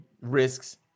risks